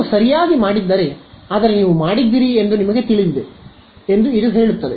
ನೀವು ಸರಿಯಾಗಿ ಮಾಡಿದ್ದರೆ ಆದರೆ ನೀವು ಮಾಡಿದ್ದೀರಿ ಎಂದು ನಿಮಗೆ ತಿಳಿದಿದೆ ಎಂದು ಇದು ಹೇಳುತ್ತದೆ